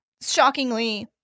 Shockingly